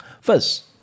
First